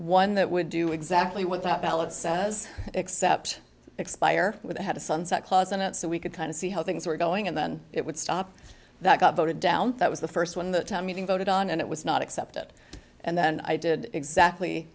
one that would do exactly what that ballot says except expire with it had a sunset clause in it so we could kind of see how things were going and then it would stop that got voted down that was the st one the town meeting voted on and it was not accepted and then i did exactly